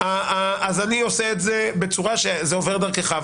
אני עושה את זה בצורה שזה עובר דרכך.